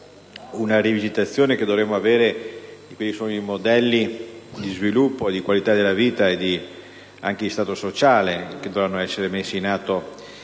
una rivisitazione che dovremmo fare sui modelli di sviluppo, di qualità della vita e anche di Stato sociale, che dovranno essere messi in atto